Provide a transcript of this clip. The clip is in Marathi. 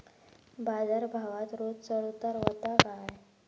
बाजार भावात रोज चढउतार व्हता काय?